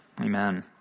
Amen